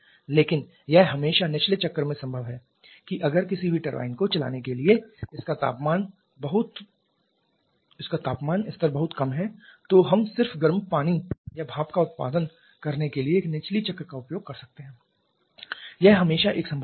लेकिन यह हमेशा निचले चक्र में संभव है कि अगर किसी भी टरबाइन को चलाने के लिए इसका तापमान स्तर बहुत कम है तो हम सिर्फ गर्म पानी या भाप का उत्पादन करने के लिए एक निचली चक्र का उपयोग कर सकते हैं यह हमेशा एक संभावना है